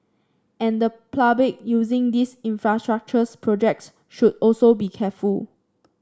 and the public using these infrastructures projects should also be careful